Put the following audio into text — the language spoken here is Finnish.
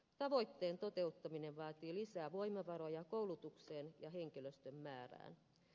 tavoitteen toteuttaminen vaatii lisää voimavaroja koulutukseen ja henkilöstön määrään